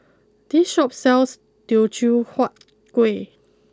this Shop sells Teochew Huat Kuih